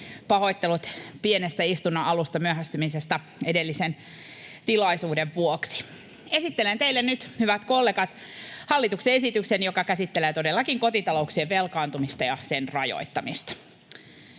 Pahoittelut pienestä istunnon alusta myöhästymisestä edellisen tilaisuuden vuoksi. Esittelen teille nyt, hyvät kollegat, hallituksen esityksen, joka todellakin käsittelee kotitalouksien velkaantumista ja sen rajoittamista: